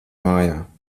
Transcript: mājā